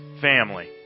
family